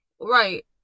Right